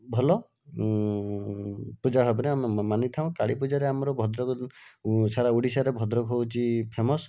ଭଲ ପୂଜା ଭାବରେ ଆମେ ମାନିଥାଉ କାଳୀପୂଜାରେ କାଳୀପୂଜାରେ ଆମର ଭଦ୍ରକରୁ ସାରା ଓଡ଼ିଶାରେ ଭଦ୍ରକର ହେଉଛି ଫେମସ୍